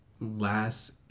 Last